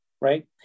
Right